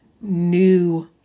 new